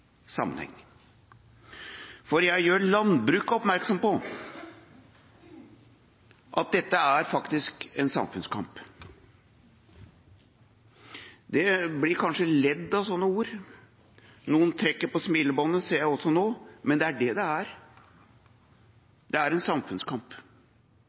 sammenheng. Jeg gjør landbruket oppmerksom på at dette faktisk er en samfunnskamp. Det blir kanskje ledd av sånne ord. Noen trekker på smilebåndet nå, ser jeg. Men det er det det